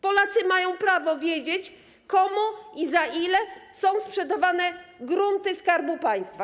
Polacy mają prawo wiedzieć, komu i za ile są sprzedawane grunty Skarbu Państwa.